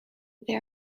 they